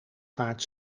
vaart